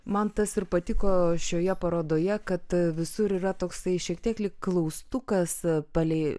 man tas ir patiko šioje parodoje kad visur yra toksai šiek tiek lyg klaustukas palei